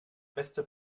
beste